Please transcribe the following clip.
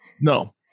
No